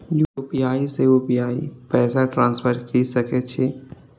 UPI से UPI पैसा transfer की सके छी?